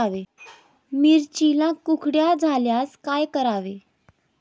मिरचीला कुकड्या झाल्यास काय करावे?